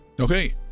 Okay